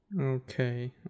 Okay